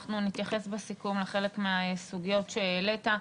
אנחנו נתייחס בסיכום לחלק מהסוגיות שהעלית.